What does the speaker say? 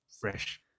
fresh